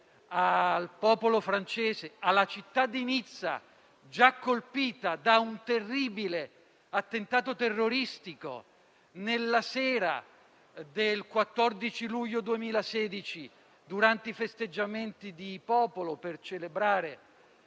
al popolo francese e alla città di Nizza, già colpita da un terribile attentato terroristico nella sera del 14 luglio 2016, durante i festeggiamenti di popolo per celebrare